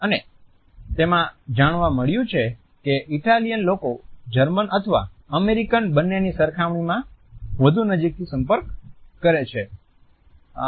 અને તેમાં જાણવા મળ્યું છે કે ઇટાલિયન લોકો જર્મન અથવા અમેરીકન બંનેની સરખામણીમાં વધુ નજીકથી સંપર્ક કરે છે